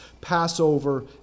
Passover